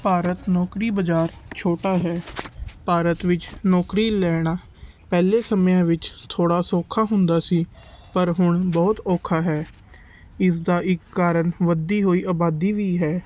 ਭਾਰਤ ਨੌਕਰੀ ਬਾਜ਼ਾਰ ਛੋਟਾ ਹੈ ਭਾਰਤ ਵਿੱਚ ਨੌਕਰੀ ਲੈਣਾ ਪਹਿਲੇ ਸਮਿਆਂ ਵਿੱਚ ਥੋੜ੍ਹਾ ਸੌਖਾ ਹੁੰਦਾ ਸੀ ਪਰ ਹੁਣ ਬਹੁਤ ਔਖਾ ਹੈ ਇਸਦਾ ਇੱਕ ਕਾਰਣ ਵੱਧਦੀ ਹੋਈ ਆਬਾਦੀ ਵੀ ਹੈ